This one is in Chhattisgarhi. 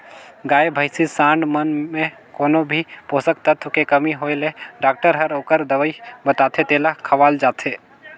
गाय, भइसी, सांड मन में कोनो भी पोषक तत्व के कमी होय ले डॉक्टर हर ओखर दवई बताथे तेला खवाल जाथे